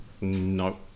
no